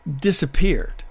disappeared